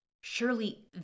Surely